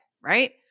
right